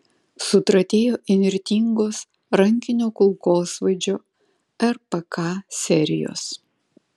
sutratėjo įnirtingos rankinio kulkosvaidžio rpk serijos